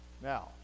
Now